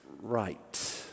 right